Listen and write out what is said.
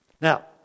Now